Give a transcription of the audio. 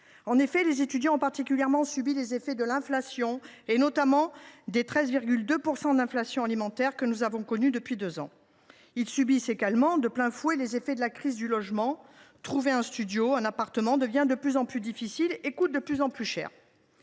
en 2020. Les étudiants ont particulièrement subi les effets de l’inflation, notamment de l’inflation alimentaire qui s’élève à 13,2 % depuis deux ans. Ils subissent également de plein fouet les effets de la crise du logement : trouver un studio, un appartement, devient de plus en plus difficile et coûte de plus en plus cher.